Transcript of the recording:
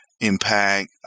impact